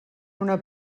una